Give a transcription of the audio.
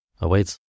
awaits